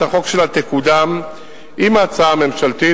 החוק שלה תקודם עם ההצעה הממשלתית,